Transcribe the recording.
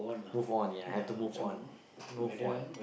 move on ya I have to move on move on